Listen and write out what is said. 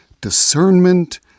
discernment